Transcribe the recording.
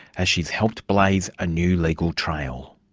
as she's helped blaze a new legal trail.